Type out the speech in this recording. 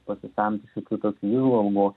pasisemti šiokių tokių įžvalgų